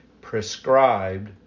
prescribed